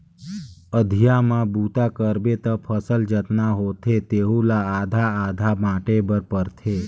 अधिया म बूता करबे त फसल जतना होथे तेहू ला आधा आधा बांटे बर पड़थे